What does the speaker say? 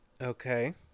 okay